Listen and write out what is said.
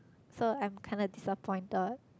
so I am kind of disappointed